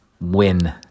win